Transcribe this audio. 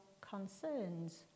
concerns